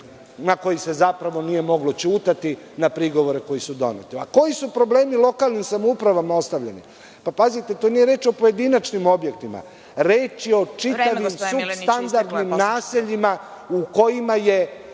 na koji se nije moglo ćutati na prigovore koji su doneti. Koji su problemi lokalnim samoupravama ostavljeni. Pazite, tu nije reč o pojedinačnim objektima, reč je o čitavim supstandardnim nasiljima u kojima je